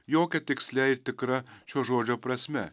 jokia tikslia ir tikra šio žodžio prasme